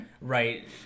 right